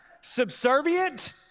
Subservient